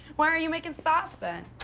why aren't you making sauce then?